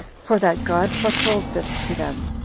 for that god foretold this to them.